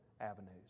avenues